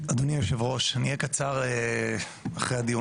אדוני יושב-הראש אני אהיה קצר אחרי הדיון.